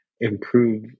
improve